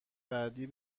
بعدی